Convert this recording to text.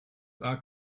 akw